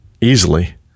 easily